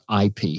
IP